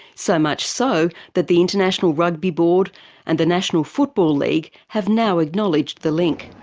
so much so that the international rugby board and the national football league have now acknowledged the link.